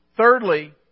Thirdly